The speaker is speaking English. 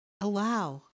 Allow